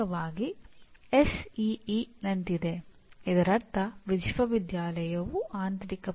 ಇದರ ಅರ್ಥವೇನೆಂದರೆ ಸಾಮರ್ಥ್ಯ ಮತ್ತು ಕೌಶಲ್ಯವು ಸ್ವಲ್ಪ ಭಿನ್ನವಾಗಿವೆ